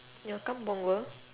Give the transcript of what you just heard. you want come punggol